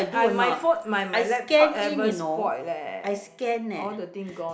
I my phone my my laptop ever spoiled leh all the thing gone